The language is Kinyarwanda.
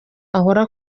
ahora